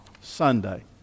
Sunday